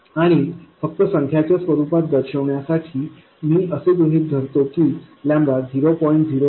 आणि फक्त संख्याच्या स्वरुपात दर्शवण्यासाठी मी असे गृहीत धरतो की 0